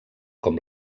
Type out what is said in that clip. com